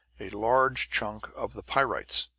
a large chunk of the pyrites,